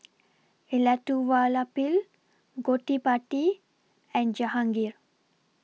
Elattuvalapil Gottipati and Jahangir